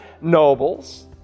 nobles